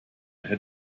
hätte